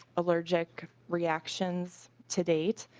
allergic reaction to date.